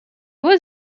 was